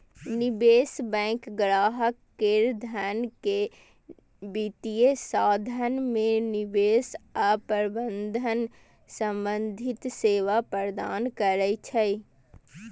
निवेश बैंक ग्राहक केर धन के वित्तीय साधन मे निवेश आ प्रबंधन संबंधी सेवा प्रदान करै छै